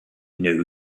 know